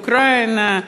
אוקראינה,